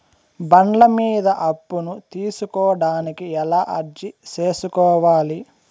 బండ్ల మీద అప్పును తీసుకోడానికి ఎలా అర్జీ సేసుకోవాలి?